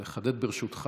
לחדד, ברשותך.